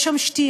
יש שם שתייה,